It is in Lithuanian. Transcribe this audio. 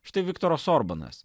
štai viktoras orbanas